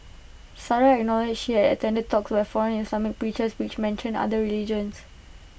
Sarah acknowledged she had attended talks with foreign Islamic preachers which mentioned other religions